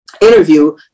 interview